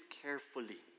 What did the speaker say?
carefully